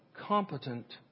Competent